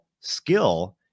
skill